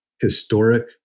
historic